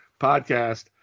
podcast